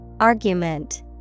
Argument